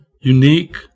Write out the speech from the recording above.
unique